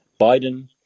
Biden